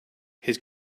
his